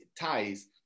ties